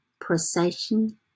procession